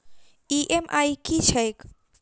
EMI की छैक?